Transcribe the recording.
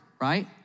right